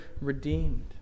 redeemed